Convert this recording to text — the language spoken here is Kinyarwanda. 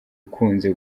ukunze